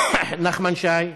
נחמן שי,